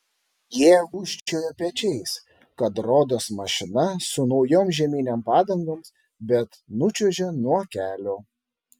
jie gūžčioja pečiais kad rodos mašina su naujom žieminėm padangom bet nučiuožė nuo kelio